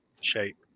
shape